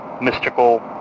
mystical